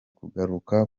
kugaruka